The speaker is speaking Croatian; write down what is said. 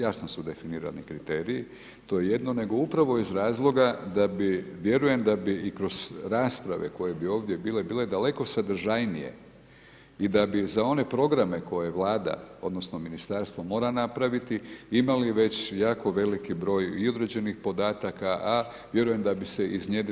Jasno su definirani kriteriji, to je jedno, nego upravo iz razloga da bi, vjerujem da bi i kroz rasprave koje bi ovdje bile, bile daleko sadržajnije i da bi za one programe koje Vlada odnosno Ministarstvo mora napraviti imali već jako veliki broj i određenih podataka, a vjerujem da bi se iznjedrile određene i [[Upadica: Hvala]] mjere.